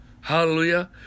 Hallelujah